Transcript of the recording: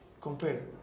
Compare